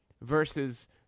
versus –